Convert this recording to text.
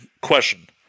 question